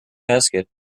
basket